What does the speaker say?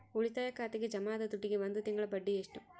ಉಳಿತಾಯ ಖಾತೆಗೆ ಜಮಾ ಆದ ದುಡ್ಡಿಗೆ ಒಂದು ತಿಂಗಳ ಬಡ್ಡಿ ಎಷ್ಟು?